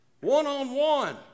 One-on-one